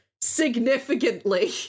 significantly